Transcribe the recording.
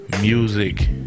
music